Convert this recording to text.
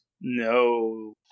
No